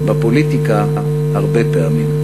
ובפוליטיקה הרבה פעמים".